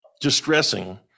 distressing